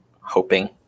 hoping